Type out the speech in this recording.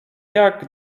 jak